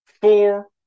four